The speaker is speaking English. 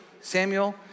Samuel